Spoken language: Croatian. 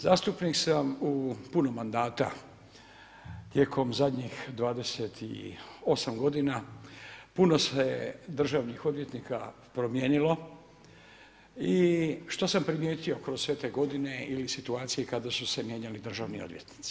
Zastupnik sam u puno mandata tijekom zadnjih 28 godina puno se državnih odvjetnika promijenilo i što sam primijetio kroz sve te godine ili situacije kada su se mijenjali državni odvjetnici?